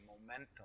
Momentum